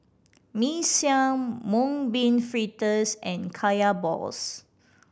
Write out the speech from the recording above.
Mee Siam Mung Bean Fritters and Kaya balls